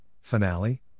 Finale